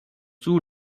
too